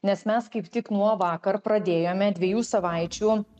nes mes kaip tik nuo vakar pradėjome dviejų savaičių